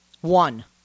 One